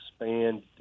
expand